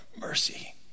mercy